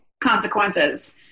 consequences